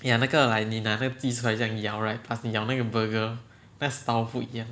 ya 那个 like 你拿那个鸡出来这样咬 right plus 你咬那个 burger 那个 style 不一样